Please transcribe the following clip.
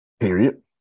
Period